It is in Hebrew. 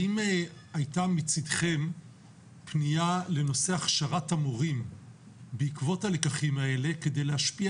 האם הייתה מצידכם פנייה לנושא הכשרת המורים בעקבות הלקחים האלה כדי להשפיע